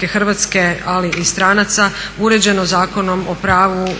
RH ali i stranaca uređeno Zakonom o pravu